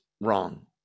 Wrong